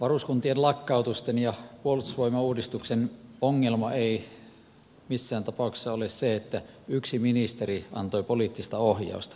varuskuntien lakkautusten ja puolustusvoimauudistuksen ongelma ei missään tapauksessa ole se että yksi ministeri antoi poliittista ohjausta